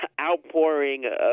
outpouring